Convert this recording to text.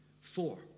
Four